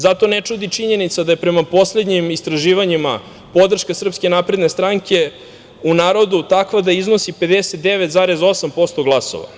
Zato ne čudi činjenica da je prema poslednjim istraživanjima podrška SNS u narodu takva da iznosi 59,8% glasova.